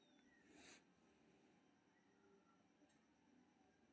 सूखल मेवा मे किशमिश, अंजीर, सेब, खजूर, खुबानी, आड़ू आदि शामिल रहै छै